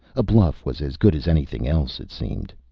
a bluff was as good as anything else, it seemed.